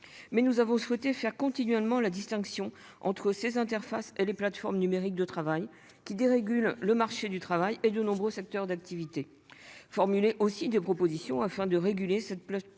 Mais nous avons souhaité faire continuellement la distinction entre ces interfaces et les plateformes numériques de travail qui dérégule le marché du travail et de nombreux secteurs d'activité. Formulées aussi des propositions afin de réguler cette plateforme